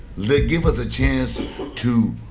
like give us a chance to